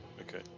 Okay